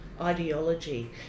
ideology